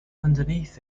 underneath